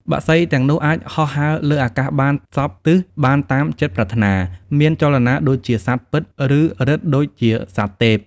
បក្សីទាំងនោះអាចហោះហើរលើអាកាសបានសព្វទិសបានតាមចិត្តប្រាថ្នា មានចលនាដូចជាសត្វពិត មានឫទ្ធិដូចសត្វទេព។